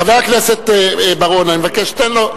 חבר הכנסת בר-און, אני מבקש, תן לו.